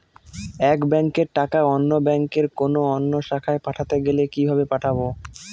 এক ব্যাংকের টাকা অন্য ব্যাংকের কোন অন্য শাখায় পাঠাতে গেলে কিভাবে পাঠাবো?